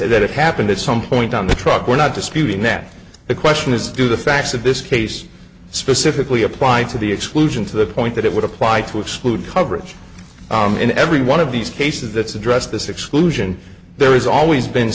that happened at some point on the truck we're not disputing that the question is do the facts of this case specifically apply to the exclusion to the point that it would apply to exclude coverage in every one of these cases that's addressed this exclusion there is always been